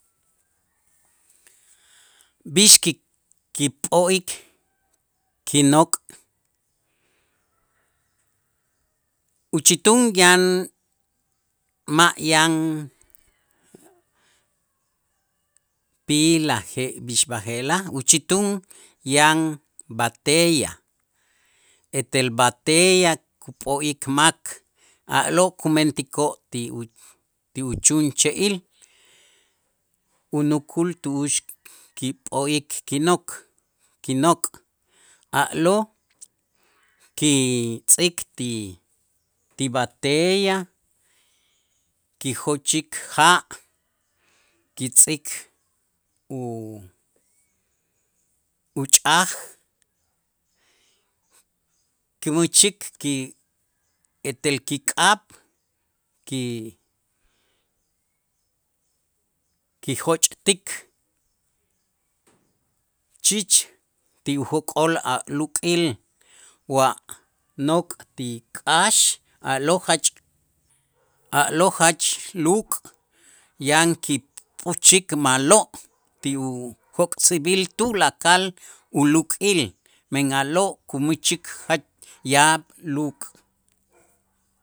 B'ix ki- kip'o'ik kinok' uchitun yan ma' yan pila jeb'ix b'aje'laj, uchitun yan b'ateyaj etel b'ateyaj kup'o'ik mak a'lo' kumentikoo' ti u ti uchun che'il, unukul tu'ux kip'o'ik kinok' kinok' a'lo' kitz'ik ti b'ateyaj kijochik ja' kitz'ik u- uch'aj kimächik ki etel kik'ab' ki- kijoch'tik chich ti ujok'ol a' luk'il wa nok' ti k'aax a'lo' jach, a'lo' jach luk' yan kipuchik ma'lo' ti ujok'sib'il tulakal uluk'il, men a'lo' kumächik jach yaab' luk'.